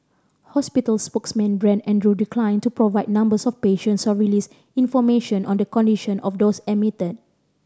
hospital spokesman Brent Andrew declined to provide numbers of patients or release information on the condition of those admitted